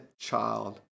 child